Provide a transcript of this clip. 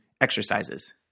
exercises